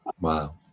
Wow